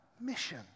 mission